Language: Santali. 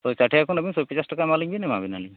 ᱴᱟᱠᱟ ᱠᱷᱚᱱ ᱟᱵᱤᱱ ᱥᱚ ᱯᱚᱪᱟᱥ ᱴᱟᱠᱟ ᱮᱢᱟᱞᱤᱧᱵᱤᱱ ᱮᱢᱟᱵᱤᱱᱟᱞᱤᱧ